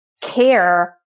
care